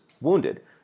wounded